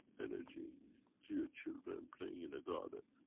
energy to your children playing in the garden.